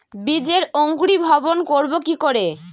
বীজের অঙ্কুরিভবন করব কি করে?